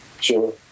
Sure